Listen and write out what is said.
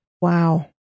Wow